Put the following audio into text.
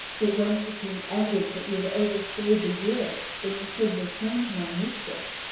but when it became evident that you had overstayed the year when you should return to my mistress,